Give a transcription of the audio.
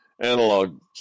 analog